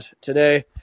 today